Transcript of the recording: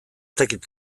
dakit